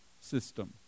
system